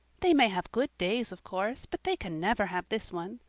they may have good days, of course, but they can never have this one.